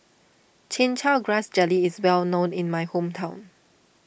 Chin Chow Grass Jelly is well known in my hometown